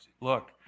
look